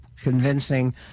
convincing